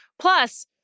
Plus